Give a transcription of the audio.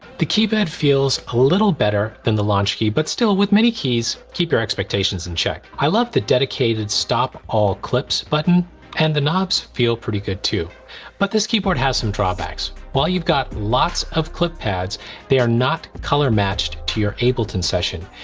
the keypad feels a little better than the launch key but still with many keys keep your expectations in check i love the dedicated stop all clips button and the knobs feel pretty good too but this keyboard has some drawbacks. while you've got lots of clip pads they are not color matched to your ableton session.